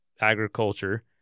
agriculture